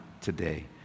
today